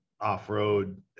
off-road